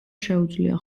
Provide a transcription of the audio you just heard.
შეუძლია